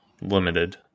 limited